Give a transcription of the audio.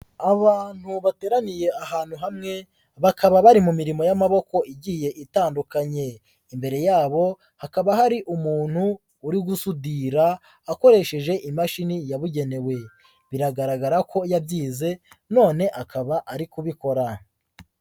Abantu bateraniye ahantu hamwe bakaba bari mu mirimo y'amaboko igiye itandukanye, imbere yabo hakaba hari umuntu uri gusudira akoresheje imashini yabugenewe biragaragara ko yabyize none akaba ari kubikora.